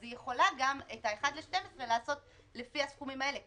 אז היא יכולה גם את 1/12 לעשות לפי הסכומים האלה.